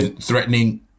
Threatening